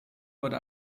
wurde